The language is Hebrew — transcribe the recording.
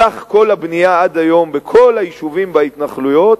סך כל הבנייה עד היום בכל היישובים, בהתנחלויות,